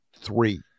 three